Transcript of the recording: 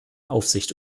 aufsicht